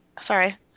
sorry